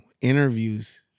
interviews